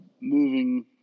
moving